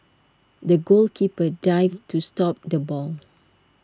the goalkeeper dived to stop the ball